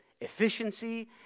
efficiency